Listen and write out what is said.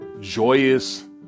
joyous